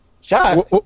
Shot